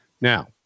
Now